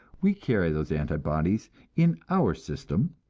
we carry those anti-bodies in our system,